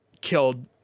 killed